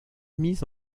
mise